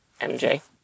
MJ